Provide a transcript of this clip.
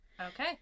Okay